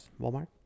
Walmart